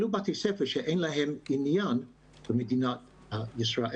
אלו בתי ספר שאין להם עניין במדינת ישראל.